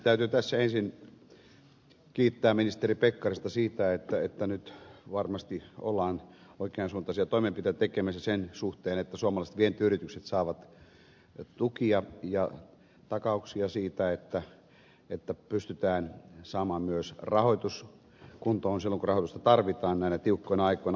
täytyy tässä ensin kiittää ministeri pekkarista siitä että nyt varmasti ollaan oikean suuntaisia toimenpiteitä tekemässä sen suhteen että suomalaiset vientiyritykset saavat tukia ja takauksia että pystytään saamaan myös rahoitus kuntoon silloin kun rahoitusta tarvitaan näinä tiukkoina aikoina